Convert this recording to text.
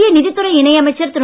மத்திய நிதித் துறை இணையமைச்சர் திரு